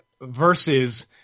versus